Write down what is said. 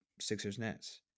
Sixers-Nets